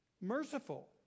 Merciful